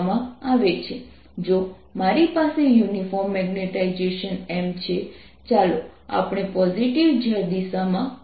Binside0 Bapplied Binduced જો મારી પાસે યુનિફોર્મ મેગ્નેટાઇઝેશન M છે ચાલો આપણે પોઝિટિવ z દિશામાં કહીએ